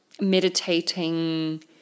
meditating